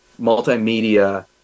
multimedia